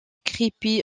crépy